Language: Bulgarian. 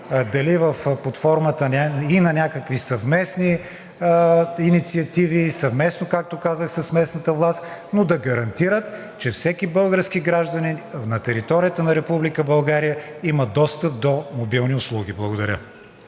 дали под формата и на някакви съвместни инициативи, съвместно, както казах, с местната власт, но да гарантират, че всеки български гражданин на територията на Република България има достъп до мобилни услуги. Благодаря.